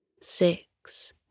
Six